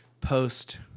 post